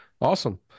Awesome